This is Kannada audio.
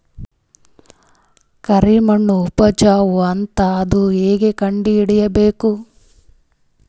ಕರಿಮಣ್ಣು ಉಪಜಾವು ಅದ ಅಂತ ಹೇಂಗ ಕಂಡುಹಿಡಿಬೇಕು?